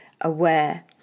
aware